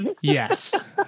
Yes